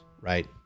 right